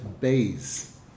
Bays